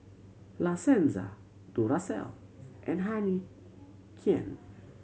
La Senza Duracell and Heinekein